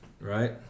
right